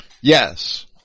Yes